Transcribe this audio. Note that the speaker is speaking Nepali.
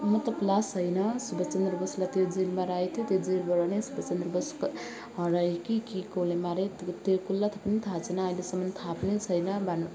मतलब लास होइन सुभाषचन्द्र बोसलाई त्यो जेलमा राखेको थियो त्यो जेलबाट नै सुभाषचन्द्र बोसको हरायो कि कि कसले माऱ्यो त्यो कसलाई पनि थाहा छैन अहिलेसम्म थाहा पनि छैन भनौँ